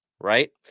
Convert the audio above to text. right